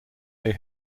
they